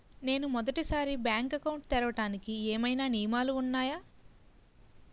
నేను మొదటి సారి బ్యాంక్ అకౌంట్ తెరవడానికి ఏమైనా నియమాలు వున్నాయా?